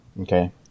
Okay